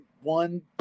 one